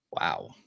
Wow